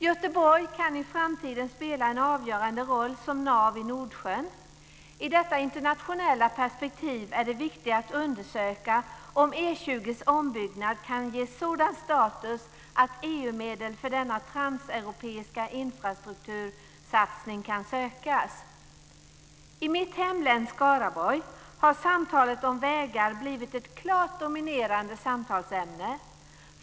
Göteborg kan i framtiden spela en avgörande roll som nav i Nordsjön. I detta internationella perspektiv är det viktigt att undersöka om E 20:s ombyggnad kan ges sådan status att EU-medel för denna transeuropeiska infastruktursatsning kan sökas. I mitt hemlän Skaraborg har samtalet om vägar blivit ett klart dominerande samtalsämne.